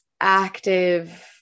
active